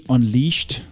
Unleashed